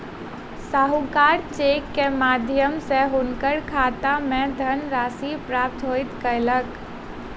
साहूकार चेक के माध्यम सॅ हुनकर खाता सॅ धनराशि प्रत्याहृत कयलक